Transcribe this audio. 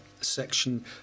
section